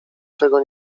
czego